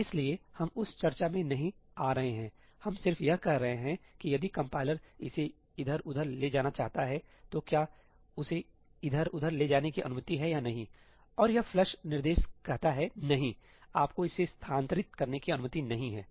इसलिए हम उस चर्चा में नहीं आ रहे हैं हम सिर्फ यह कह रहे हैं कि यदि कंपाइलर इसे इधर उधर ले जाना चाहता है तो क्या उसे इधर उधर ले जाने की अनुमति है या नहीं और यह फ्लश निर्देश कहता है नहीं आपको इसे स्थानांतरित करने की अनुमति नहीं है '